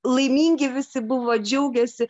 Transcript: laimingi visi buvo džiaugėsi